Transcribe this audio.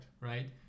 Right